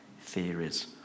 theories